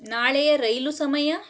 ನಾಳೆಯ ರೈಲು ಸಮಯ